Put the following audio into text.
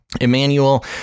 emmanuel